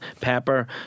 pepper